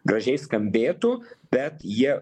gražiai skambėtų bet jie